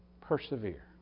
Persevere